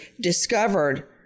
discovered